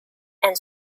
and